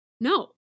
No